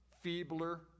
feebler